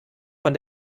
von